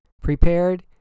prepared